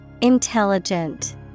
Intelligent